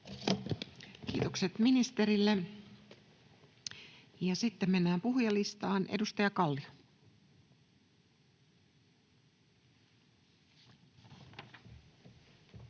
Kiitokset ministerille. — Ja sitten mennään puhujalistaan. — Edustaja Kallio.